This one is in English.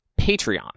Patreon